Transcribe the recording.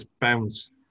bounce